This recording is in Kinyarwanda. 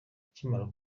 akimara